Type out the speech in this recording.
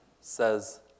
says